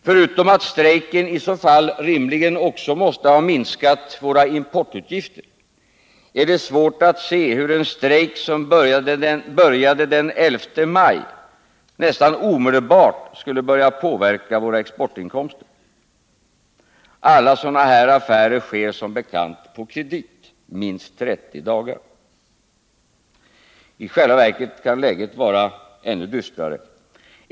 Förutom att strejken i så fall rimligen också måste ha minskat våra importutgifter, är det svårt att se hur en strejk som började den 11 maj nästan omedelbart skulle ha börjat påverka våra exportinkomster. Alla sådana här affärer sker, som bekant, med minst 30 dagars kredit. I själva verket kan läget vara ännu dystrare.